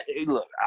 look